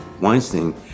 Weinstein